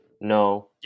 No